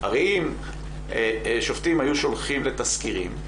הרי אם שופטים היו שולחים לתסקירים,